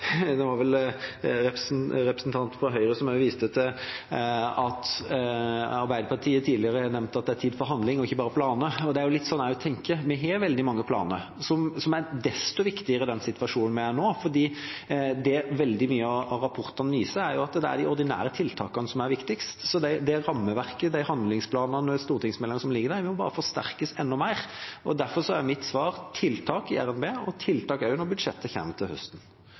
Det var vel representanten fra Høyre som viste til at Arbeiderpartiet tidligere har nevnt at det er tid for handling og ikke bare planer. Det er litt sånn jeg også tenker. Vi har veldig mange planer, som er desto viktigere i den situasjonen vi er i nå, for det veldig mange av rapportene viser, er at det er de ordinære tiltakene som er viktigst. Så det rammeverket, de handlingsplanene, stortingsmeldingene som ligger der, må bare forsterkes enda mer. Derfor er mitt svar: tiltak i RNB og tiltak også når budsjettet kommer til høsten.